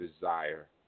desire